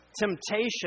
temptation